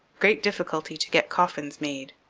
great difficulty to get coffins made.